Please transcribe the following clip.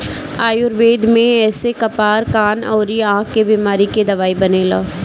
आयुर्वेद में एसे कपार, कान अउरी आंख के बेमारी के दवाई बनेला